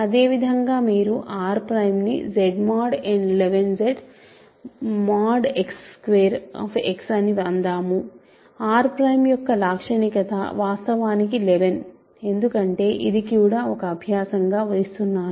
అదేవిధంగా మీరు R ను Z11ZX2X అని అందాము R యొక్క లాక్షణికత వాస్తవానికి 11 ఎందుకంటే ఇది కూడా ఒక అభ్యాసం గా ఇస్తున్నాను